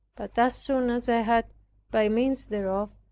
but as soon as i had by means thereof,